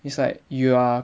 it's like you are